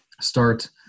start